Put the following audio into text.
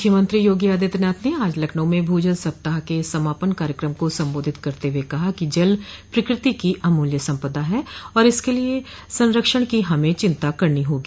मुख्यमंत्री योगी आदित्यनाथ ने आज लखनऊ में भू जल सप्ताह के समापन कार्यक्रम को संबोधित करते हुए कहा कि जल प्रकृति की अमूल्य सम्पदा है और इसके संरक्षण की हमें चिंता करनी होगी